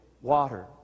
water